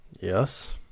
Yes